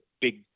big